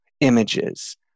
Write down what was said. images